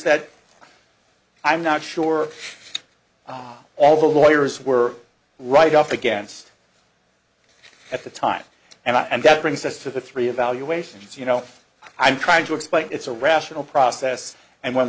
that i'm not sure all the lawyers were right up against at the time and i and that brings us to the three evaluations you know i'm trying to explain it's a rational process and when